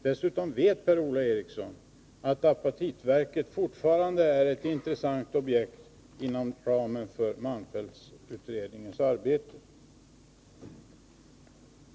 Dessutom vet Per-Ola Eriksson att apatitverket fortfarande är ett intressant objekt inom ramen för malmfältsutredningens arbete.